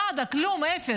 נאדה, כלום, אפס,